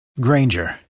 Granger